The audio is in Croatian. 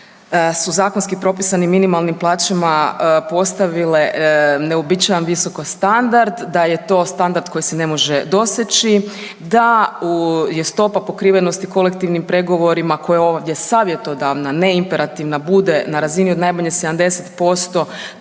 su zakonski propisanim minimalnim plaćama postavile neuobičajeno visoki standard, da je to standard koji se ne može doseći, da je stopa pokrivenosti kolektivnim pregovorima koje ovdje savjetodavna, a ne imperativna bude na razini od najmanje 70%